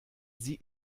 sie